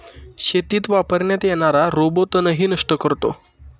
शेतीत वापरण्यात येणारा रोबो तणही नष्ट करतो